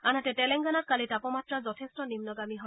আনহাতে তেলেংগানাত কালি তাপমাত্ৰা যথেষ্ট নিন্নগামী হয়